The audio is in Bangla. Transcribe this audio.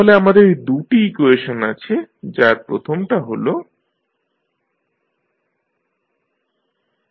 তাহলে আমাদের দু'টি ইকুয়েশন আছে যার প্রথমটা হল etectLditdtRit